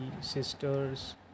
sisters